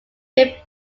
fifth